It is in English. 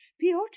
Piotr